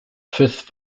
fifth